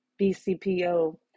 BCPO